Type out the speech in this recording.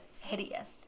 hideous